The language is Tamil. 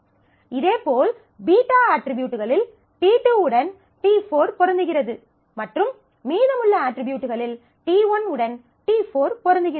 இதேபோல் β அட்ரிபியூட்களில் t2 உடன் t4 பொருந்துகிறது மற்றும் மீதமுள்ள அட்ரிபியூட்களில் t1 உடன் t4 பொருந்துகிறது